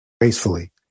gracefully